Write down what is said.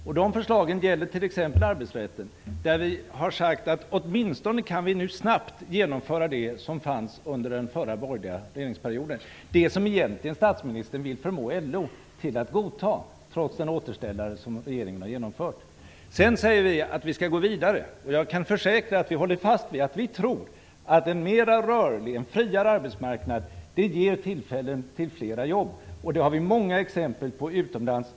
Dessa förslag gäller t.ex. arbetsrätten, där vi har sagt att vi nu åtminstone snabbt kan genomföra det som fanns under den förra borgerliga regeringsperioden - det som statsministern egentligen vill förmå LO att godta, trots den återställare som regeringen har genomfört. Sedan säger vi att vi skall gå vidare. Jag kan försäkra att vi håller fast vid att vi tror att en mer rörlig och friare arbetsmarknad ger tillfällen till flera jobb. Det finns det många exempel på utomlands.